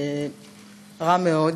רע מאוד,